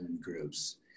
groups